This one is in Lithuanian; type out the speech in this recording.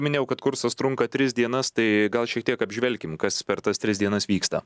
minėjau kad kursas trunka tris dienas tai gal šiek tiek apžvelkim kas per tas tris dienas vyksta